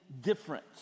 different